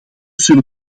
zullen